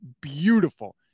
Beautiful